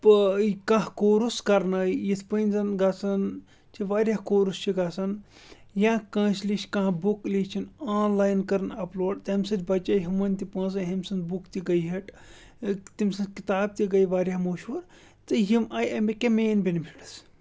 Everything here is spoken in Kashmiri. یہِ کانٛہہ کورُس کَرنٲے یِتھ پٔنۍ زَن گژھان چھِ واریاہ کورٕس چھِ گژھان یا کٲنٛسہِ لیٚچھ کانٛہہ بُک لیٚچھٕن آن لایِن کٔرٕن اَپلوڈ تَمہِ سۭتۍ بَچے ہُمَن تہِ پونٛسہٕ ہیٚمۍ سٕنٛد بُک تہِ گٔے ہِٹ تٔمۍ سٕنٛز کِتاب تہِ گٔے واریاہ مہشوٗر تہٕ یِم آے اَمِکۍ کیٚنٛہہ مین بٮ۪نِفِٹٕس